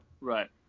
Right